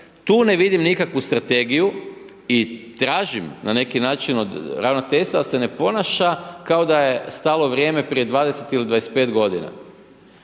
Tu ne vidim nikakvu strategiju i tražim na neki način od ravnateljstva da se ne ponaša kao da je stalo vrijeme prije 20 ili 25.g.